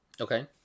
okay